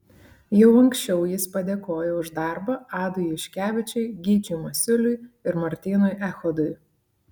jau anksčiau jis padėkojo už darbą adui juškevičiui gyčiui masiuliui ir martynui echodui